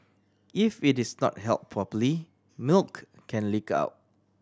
if it is not held properly milk can leak out